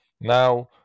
Now